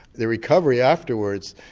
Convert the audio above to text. their recovery afterwards,